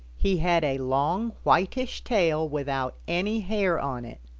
he had a long whitish tail without any hair on it.